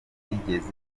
bitigeze